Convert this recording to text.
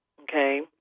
okay